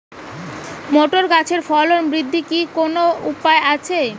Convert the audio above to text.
Motor গাছের ফলন বৃদ্ধির কি কোনো উপায় আছে?